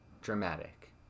dramatic